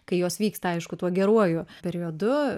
kai jos vyksta aišku tuo geruoju periodu